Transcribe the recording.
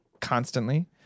constantly